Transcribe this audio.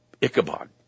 Ichabod